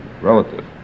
relative